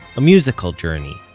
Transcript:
a musical journey,